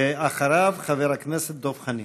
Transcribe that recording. אחריו, חבר הכנסת דב חנין.